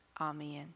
Amen